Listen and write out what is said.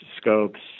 scopes